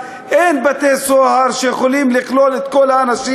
(אומר בערבית ומתרגם:) אין בתי-סוהר שיכולים לכלול את כל האנשים.